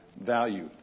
value